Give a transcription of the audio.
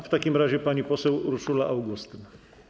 W takim razie pani poseł Urszula Augustyn.